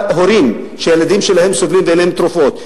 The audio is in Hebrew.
הורים שהילדים שלהם סובלים ואין להם תרופות.